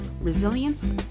resilience